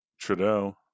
Trudeau